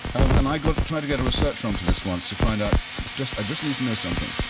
and i got, tried to get a research um to this one to find out just, i just need to know something,